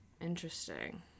Interesting